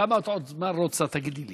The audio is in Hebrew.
כמה עוד זמן את רוצה, תגידי לי?